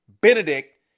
Benedict